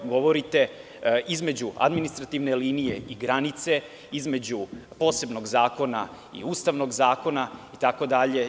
Govorite između administrativne linije i granice, između posebnog zakona i Ustavnog zakona itd.